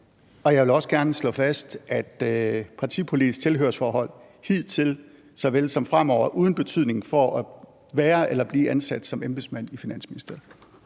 Jeg vil også gerne slå fast, at partipolitiske tilhørsforhold hidtil såvel som fremover er uden betydning for at være eller blive ansat som embedsmand i Finansministeriet.